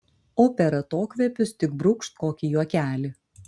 o per atokvėpius tik brūkšt kokį juokelį